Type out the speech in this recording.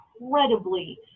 incredibly